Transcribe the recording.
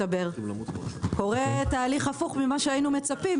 קורה תהליך הפוך ממה שהיינו מצפים.